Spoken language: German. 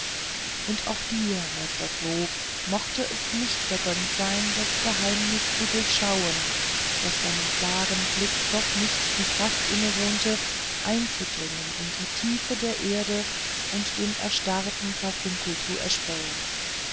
und auch dir meister floh mocht es nicht vergönnt sein das geheimnis zu durchschauen da deinem klaren blick doch nicht die kraft innewohnte einzudringen in die tiefe der erde und den erstarrten karfunkel zu erspähen